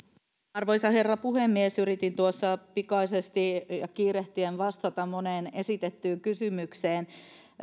arvoisa herra puhemies yritin tuossa pikaisesti ja kiirehtien vastata moneen esitettyyn kysymykseen